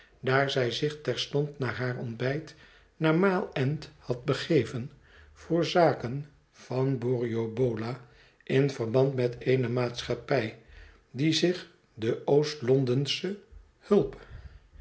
daar zij zich terstond na haar ontbijt naar mile end had begeven voor zaken van borrioboola in verband met eene maatschappij die zich de oost londensche hulp ramiiicatie